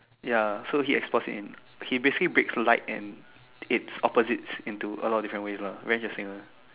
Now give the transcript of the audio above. ya so he explores in he basically breaks light and it's opposites into a lot different ways lah very interesting one